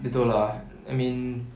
gitu lah I mean